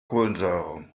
kohlensäure